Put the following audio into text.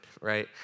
right